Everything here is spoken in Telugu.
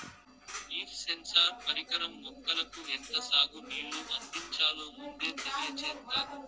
లీఫ్ సెన్సార్ పరికరం మొక్కలకు ఎంత సాగు నీళ్ళు అందించాలో ముందే తెలియచేత్తాది